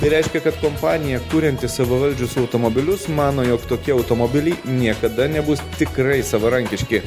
tai reiškia kad kompanija kurianti savavaldžius automobilius mano jog tokie automobiliai niekada nebus tikrai savarankiški